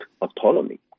autonomy